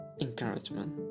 encouragement